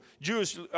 Jewish